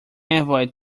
avoid